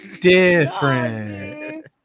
Different